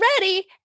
ready